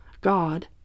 God